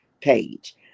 page